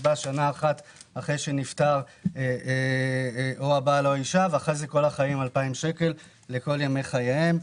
הקצבה שנה אחרי שנפטר הבעל או האישה ואחרי זה 2,000 שקל לכל ימי חייהם.